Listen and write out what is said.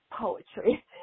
poetry